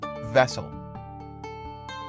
Vessel